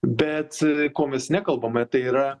bet ko mes nekalbame tai yra